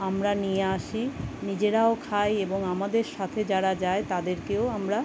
আমরা নিয়ে আসি নিজেরাও খাই এবং আমাদের সাথে যারা যায় তাদেরকেও আমরা